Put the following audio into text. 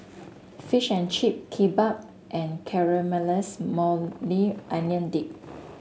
Fish and Chip Kimbap and Caramelize Maui Onion Dip